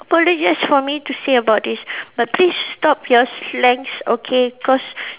apologise for me to say about this but please stop your slangs okay cause